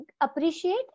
appreciate